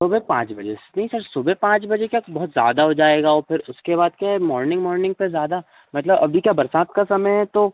सुबह पाँच बजे से नहीं सर सुबह पाँच बजे क्या बहुत ज़्यादा हो जाएगा औ फिर उसके बाद क्या है मॉर्निंग मॉर्निंग फिर ज़्यादा मतलब अभी क्या बरसात का समय है तो